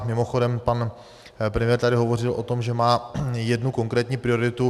Mimochodem pan premiér tady hovořil o tom, že má jednu konkrétní prioritu.